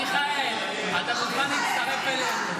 מיכאל, אתה מוזמן להצטרף אלינו.